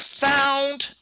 found